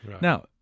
Now